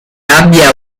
abbia